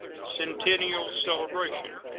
centennial celebration.